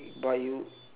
but you